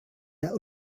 der